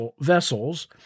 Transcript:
vessels